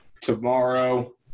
tomorrow